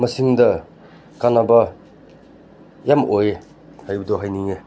ꯃꯁꯤꯡꯗ ꯀꯥꯟꯅꯕ ꯌꯥꯝ ꯑꯣꯏꯌꯦ ꯍꯥꯏꯕꯗꯣ ꯍꯥꯏꯅꯤꯡꯉꯦ